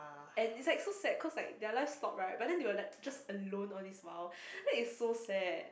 and it's like so sad cause like their life stopped right but then they were like just alone all this while then it's so sad